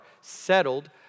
settled